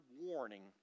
warning